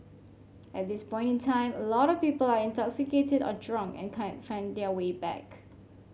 at this point in time a lot of people are intoxicated or drunk and can't find their way back